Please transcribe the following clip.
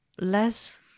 less